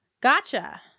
Gotcha